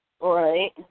Right